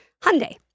Hyundai